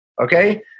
okay